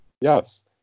Yes